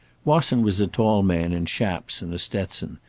wasson was a tall man in chaps and a stetson,